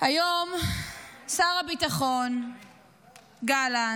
היום שר הביטחון גלנט,